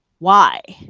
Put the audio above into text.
why?